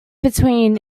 between